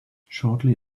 shortly